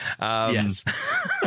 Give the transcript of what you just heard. Yes